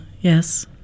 yes